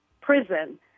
prison